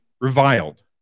reviled